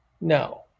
No